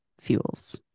fuels